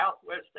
Southwest